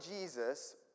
Jesus